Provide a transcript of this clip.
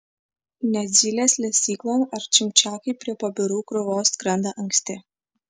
net zylės lesyklon ar čimčiakai prie pabirų krūvos skrenda anksti